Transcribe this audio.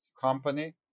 company